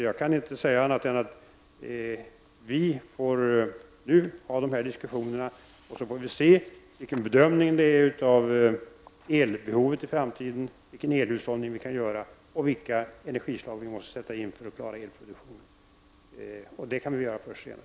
Jag kan nu inte säga annat än att vi får föra de diskussionerna, och så får vi se vilken bedömning vi gör av elbehovet i framtiden, av vilken elhushållning vi kan åstadkomma och av vilka energislag vi måste sätta in för att klara elproduktionen. Den bedömningen kan vi göra först senare.